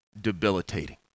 debilitating